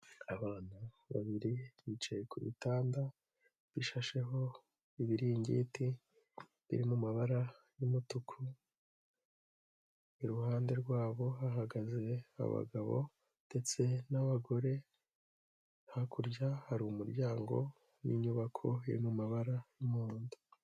Abana babiri bicaye ku bitanda bishasheho ibiringiti biri mu mabara y'umutuku, iruhande rwabo hahagaze abagabo ndetse n'abagore hakurya hari umuryango w'inyubako iri mu mabara n'umuhondo.